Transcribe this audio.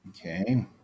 Okay